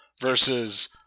versus